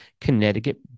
Connecticut